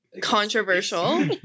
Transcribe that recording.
controversial